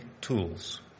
tools